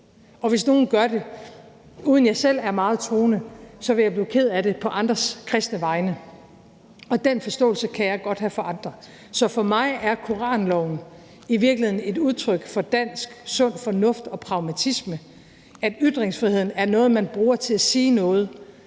og hvis nogen gør det, vil jeg, uden jeg selv er meget troende, blive ked af det på andre kristnes vegne. Den forståelse kan jeg godt have for andre. Så for mig er koranloven i virkeligheden et udtryk for dansk sund fornuft og pragmatisme og for, at ytringsfriheden er noget, man bruger til at sige noget.